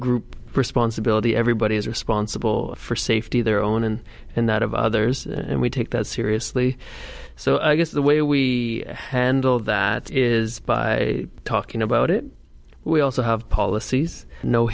group responsibility everybody is responsible for safety of their own and and that of others and we take that seriously so i guess the way we handle that is by talking about it we also have policies no